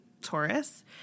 Taurus